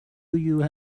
you